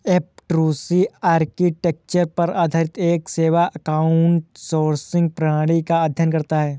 F two C architecture पर आधारित एक सेवा आउटसोर्सिंग प्रणाली का अध्ययन करता है